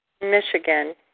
Michigan